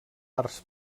arts